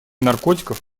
наркотиков